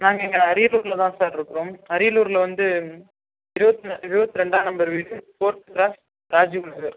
நாங்கள் இங்கே அரியலூரில் தான் சார் இருக்குறோம் அரியலூரில் வந்து இருபத் இருபத் ரெண்டாம் நம்பர் வீடு ஃபோர்த் க்ராஸ் ராஜுவ் நகர்